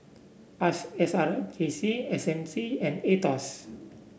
S R J C S M C and Aetos